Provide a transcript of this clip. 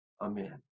Amen